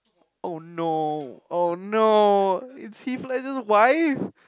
oh no oh no it's Heath-Legend's wife